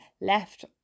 left